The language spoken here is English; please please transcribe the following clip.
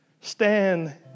stand